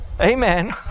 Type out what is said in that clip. Amen